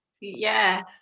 yes